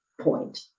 point